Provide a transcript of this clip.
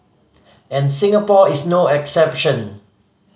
and Singapore is no exception